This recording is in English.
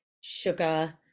sugar